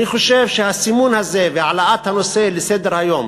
אני חושב שהסימון הזה והעלאת הנושא לסדר-היום,